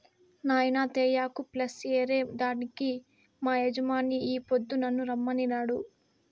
నాయినా తేయాకు ప్లస్ ఏరే దానికి మా యజమాని ఈ పొద్దు నన్ను రమ్మనినాడు